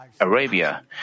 Arabia